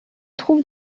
trouve